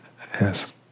Yes